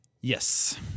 yes